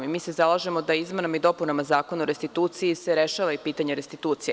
Mi se zalažemo da se izmenama i dopunama Zakona o restituciji rešava i pitanje restitucije.